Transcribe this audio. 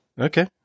Okay